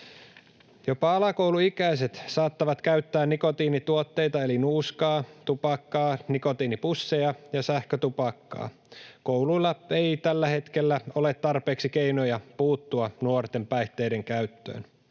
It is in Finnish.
Jopa alakouluikäiset saattavat käyttää nikotiinituotteita eli nuuskaa, tupakkaa, nikotiinipusseja ja sähkötupakkaa. Kouluilla ei tällä hetkellä ole tarpeeksi keinoja puuttua nuorten päihteidenkäyttöön.